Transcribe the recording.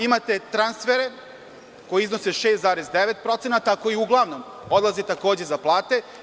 Imate transfere koji iznose 6,9%, koji uglavnom odlaze takođe za plate.